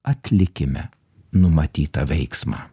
atlikime numatytą veiksmą